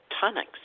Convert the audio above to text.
tonics